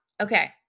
Okay